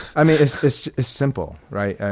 i mean, is this is simple, right?